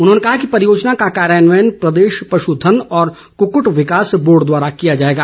उन्होंने कहा कि परियोजना का कार्यान्वयन प्रदेश पश् धन और कुक्कूट विकास बोर्ड द्वारा किया जाएगा